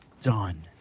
done